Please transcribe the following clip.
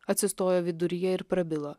atsistojo viduryje ir prabilo